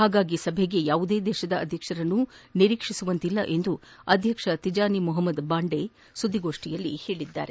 ಹಾಗಾಗಿ ಸಭೆಗೆ ಯಾವುದೇ ದೇತದ ಅಧ್ಯಕ್ಷರನ್ನು ನಾವು ನಿರೀಕ್ಷಿಸುವಂತಿಲ್ಲ ಎಂದು ಅಧ್ಯಕ್ಷ ತಿಜಾನಿ ಮೊಹಮ್ದದ್ ಬಾಂಡೆ ಸುದ್ದಿಗೋಷ್ಠಿಯಲ್ಲಿ ತಿಳಿಸಿದ್ದಾರೆ